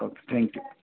okay thank you